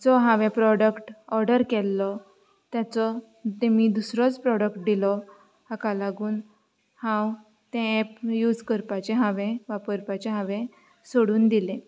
जो हांवें product order केल्लो तेचो तेमी दुसरोच प्रोडक्ट दिलो हाका लागून हांव तें एप यूज करपाचें हांवें वापरपाचें हांवें सोडून दिलें